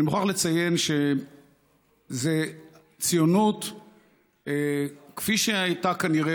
אני מוכרח לציין שזו ציונות כפי שהייתה כנראה